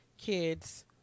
Kids